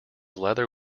leather